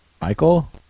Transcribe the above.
Michael